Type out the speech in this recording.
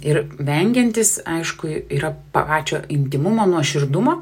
ir vengiantis aišku yra pačio intymumo nuoširdumo